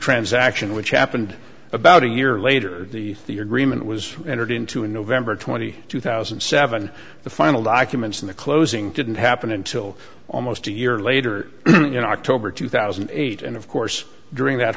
transaction which happened about a year later the the agreement was entered into in november twenty two thousand and seven the final documents in the closing didn't happen until almost a year later in october two thousand and eight and of course during that